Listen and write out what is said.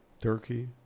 Turkey